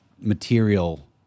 material